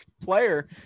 player